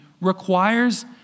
requires